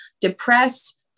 depressed